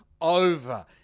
over